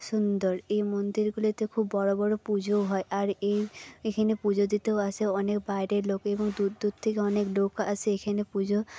সুন্দর এই মন্দিরগুলিতে খুব বড় বড় পুজোও হয় আর এই এখানে পুজো দিতেও আসে অনেক বাইরের লোক এবং দূর দূর থেকে অনেক লোক আসে এখানে পুজো